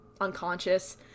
unconscious